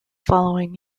following